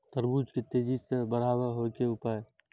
तरबूज के तेजी से बड़ा होय के उपाय?